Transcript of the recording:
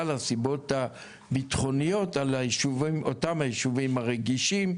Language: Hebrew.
הסיבות הביטחוניות על אותם ישובים הרגישים,